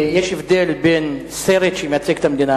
יש הבדל בין סרט שמייצג את המדינה,